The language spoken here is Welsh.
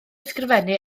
ysgrifennu